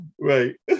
right